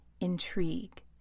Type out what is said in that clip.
intrigue